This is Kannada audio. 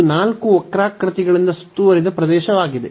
ಇದು ನಾಲ್ಕು ವಕ್ರಾಕೃತಿಗಳಿಂದ ಸುತ್ತುವರಿದ ಪ್ರದೇಶವಾಗಿದೆ